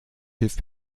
hilft